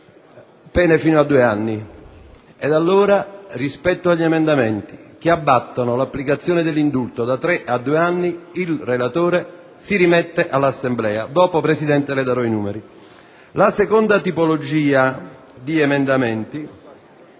La seconda tipologia di emendamenti